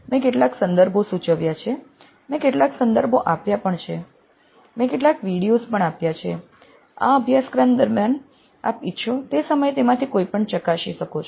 મેં કેટલાક સંદર્ભો સૂચવ્યા છે મેં કેટલાક સંદર્ભો આપ્યા પણ છે મેં કેટલાક વિડિઓઝ પણ આપ્યા છે આ કોર્સ દરમિયાન આપ ઇચ્છો તે સમયે તેમાંથી કોઈ પણ ચકાસી શકો છો